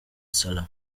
salah